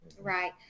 right